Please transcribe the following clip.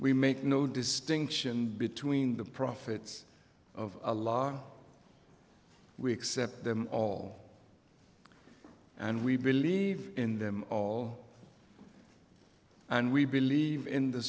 we make no distinction between the prophets of a law we accept them all and we believe in them all and we believe in the